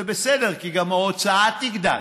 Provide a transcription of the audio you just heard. זה בסדר, כי גם ההוצאה תגדל,